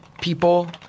people